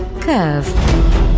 Curve